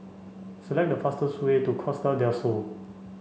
select the fastest way to Costa Del Sol